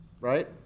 right